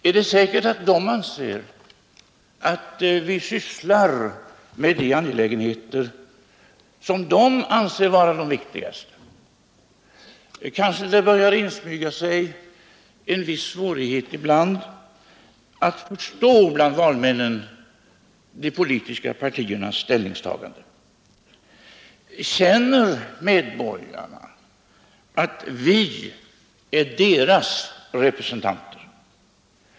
Är det säkert att de anser att vi sysslar med de angelägenheter som de anser vara de viktigaste? Kanske det bland valmännen börjar insmyga sig en viss svårighet att ibland förstå de politiska partiernas ställningstaganden. Känner medborgarna att vi är deras representanter?